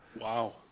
Wow